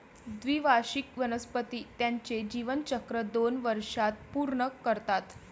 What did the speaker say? द्विवार्षिक वनस्पती त्यांचे जीवनचक्र दोन वर्षांत पूर्ण करतात